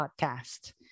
podcast